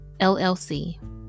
LLC